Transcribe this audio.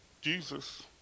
Jesus